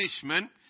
punishment